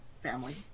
Family